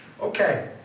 Okay